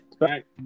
Right